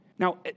Now